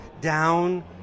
down